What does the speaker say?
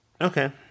okay